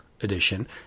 edition –